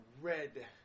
red